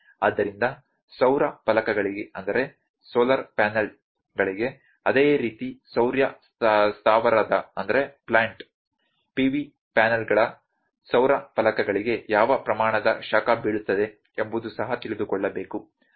ಆದ್ದರಿಂದ ಸೌರ ಫಲಕಗಳಿಗೆ ಅದೇ ರೀತಿ ಸೌರ ಸ್ಥಾವರದ PV ಪ್ಯಾನೆಲ್ಗಳ ಸೌರ ಫಲಕಗಳಿಗೆ ಯಾವ ಪ್ರಮಾಣದ ಶಾಖ ಬೀಳುತ್ತದೆ ಎಂಬುದು ಸಹ ತಿಳಿದುಕೊಳ್ಳಬೇಕು